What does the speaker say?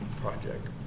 project